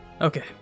Okay